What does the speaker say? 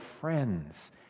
friends